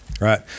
right